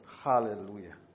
Hallelujah